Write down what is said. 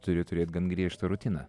turi turėt gan griežtą rutiną